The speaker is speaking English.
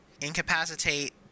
incapacitate